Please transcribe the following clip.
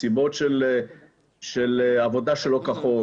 מסיבות של עבודה שלא כחוק,